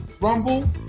Rumble